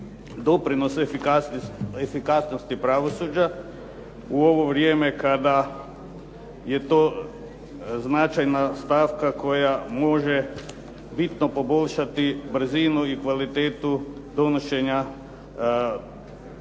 doprinos efikasnosti pravosuđa u ovo vrijeme kada je to značajna stavka koja može bitno poboljšati brzinu i kvalitetu donošenja